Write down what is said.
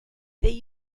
they